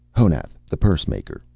honath the pursemaker,